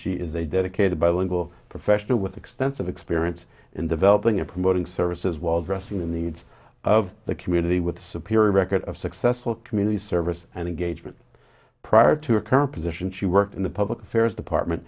she is a dedicated bilingual professional with extensive experience in developing a promoting services while dressing in the needs of the community with superior record of successful community service and engagement prior to her current position she worked in the public affairs department